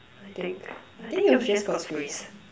I think I think it was just God's grace